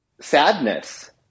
sadness